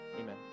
Amen